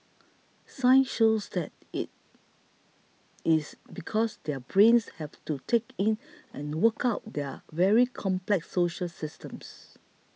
science shows that is is because their brains have to take in and work out their very complex social systems